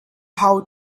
hau